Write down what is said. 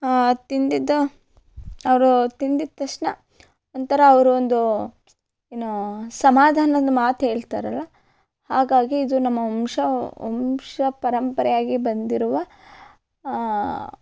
ಅದು ತಿಂದಿದ್ದ ಅವರು ತಿಂದಿದ್ದ ತಕ್ಷಣ ಒಂಥರ ಅವರೊಂದು ಏನು ಸಮಾಧಾನದ ಮಾತು ಹೇಳ್ತಾರಲ್ಲ ಹಾಗಾಗಿ ಇದು ನಮ್ಮ ವಂಶ ವಂಶ ಪರಂಪರೆಯಾಗಿ ಬಂದಿರುವ